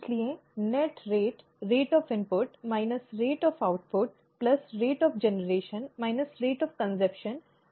इसलिए असल दर इनपुट की दर माइनस आउटपुट की दर प्लस उत्पादन की दर माइनस खपत की दर उस विशेष प्रजाति की है